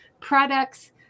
products